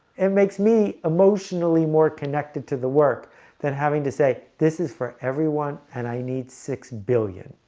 it makes me emotionally more connected to the work than having to say, this is for everyone and i need six billion